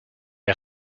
est